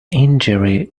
injury